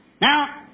Now